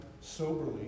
soberly